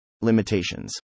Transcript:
Limitations